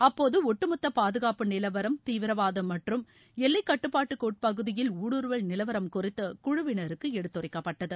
அப்போது ஒட்டுமொத்த பாதுகாப்பு நிலவரம் தீவிரவாதம் மற்றம் எல்லைக்கட்டுப்பாட்டு கோட்டு பகுதியில் ஊடுருவல் நிலவரம் குறித்து குழுவினருக்கு எடுத்துரைக்கப்பட்டது